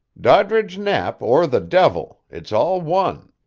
doddridge knapp or the devil, it's all one.